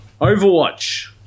overwatch